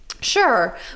sure